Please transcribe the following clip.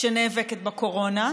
בעולם שנאבקת בקורונה,